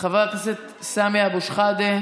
חבר הכנסת סמי אבו שחאדה,